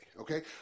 okay